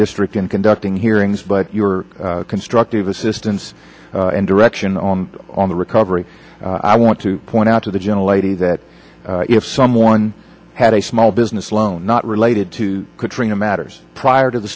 district and conducting hearings but your constructive assistance and direction on on the recovery i want to point out to the gentle lady that if someone had a small business loan not related to katrina matters prior to the